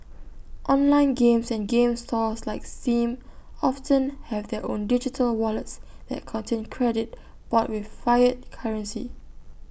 online games and game stores like steam often have their own digital wallets that contain credit bought with fiat currency